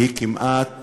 היא כמעט